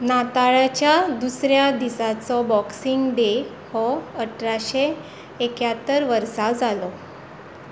नाताळाच्या दुसऱ्या दिसाचो Boxing Day हो अठराशे एक्यात्तर वर्सा जालो